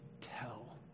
tell